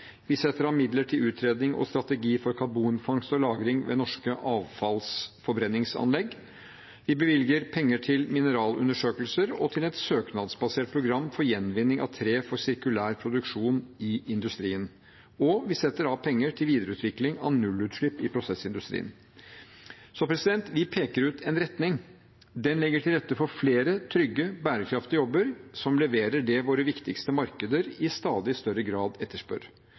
Vi setter av midler til utredning og strategi for karbonfangst- og lagring ved norske avfallsforbrenningsanlegg. Vi bevilger penger til mineralundersøkelser og til et søknadsbasert program for gjenvinning av tre for sirkulær produksjon i industrien. Vi setter av penger til videreutvikling av nullutslipp i prosessindustrien. Vi peker ut en retning. Den legger til rette for flere trygge, bærekraftige jobber som leverer det våre viktigste markeder i stadig større grad etterspør.